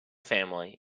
family